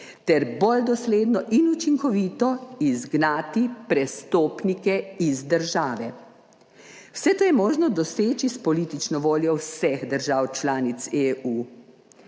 ter bolj dosledno in učinkovito izgnati prestopnike iz države. Vse to je možno doseči s politično voljo vseh držav članic EU